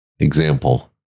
Example